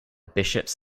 bishops